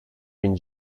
bin